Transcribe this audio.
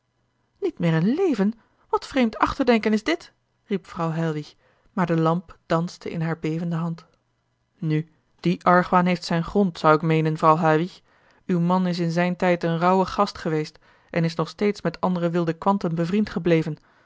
niet meer in leven wat vreemd achterdenken is dit riep vrouw heilwich maar de lamp danste in hare bevende hand nu die argwaan heeft zijn grond zou ik meenen vrouw heilwich uw man is in zijn tijd een rouwe gast geweest en is nog steeds met andere wilde kwanten bevriend gebleven